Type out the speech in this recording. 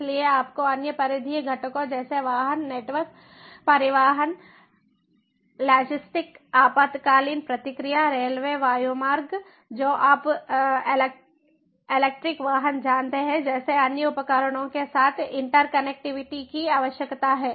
इसलिए आपको अन्य परिधीय घटकों जैसे वाहन नेटवर्क परिवहन लॉजिस्टिक आपातकालीन प्रतिक्रिया रेलवे वायुमार्ग जो आप इलेक्ट्रिक वाहन जानते हैं जैसे अन्य उपकरणों के साथ इंटरकनेक्टिविटी की आवश्यकता है